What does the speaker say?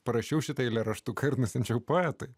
parašiau šitą eilėraštuką ir nusiunčiau poetai